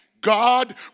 God